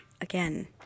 Again